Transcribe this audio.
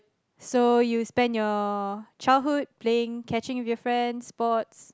so you spend your childhood playing catching with your friends sports